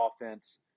offense